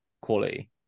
quality